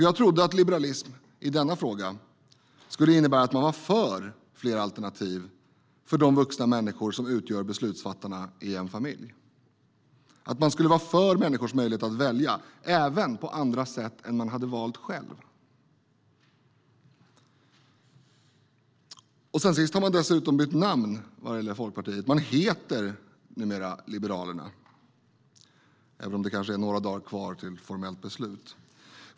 Jag trodde att liberalism i denna fråga skulle innebära att man var för fler alternativ för de vuxna människor som utgör beslutsfattarna i en familj, att man skulle vara för människors möjlighet att välja även på andra sätt än om man hade valt själv. Partiet har dessutom bytt namn och heter numera Liberalerna, även om det kanske är några dagar kvar tills ett formellt beslut har fattats.